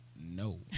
no